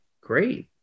great